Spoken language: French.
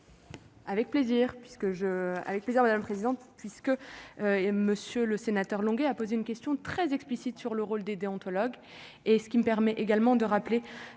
avec plaisir madame présidente puisque monsieur le sénateur Longuet a posé une question très explicite sur le rôle des déontologue et ce qui me permet également de rappeler